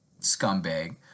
scumbag